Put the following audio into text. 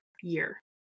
year